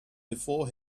before